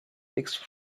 fixed